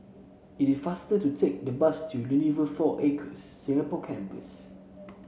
it is faster to take the bus to Unilever Four Acres Singapore Campus